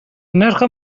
نرخ